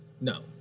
No